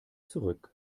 zurück